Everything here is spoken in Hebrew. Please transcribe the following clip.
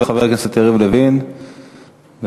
חבר הכנסת יריב לוין, בבקשה.